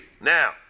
Now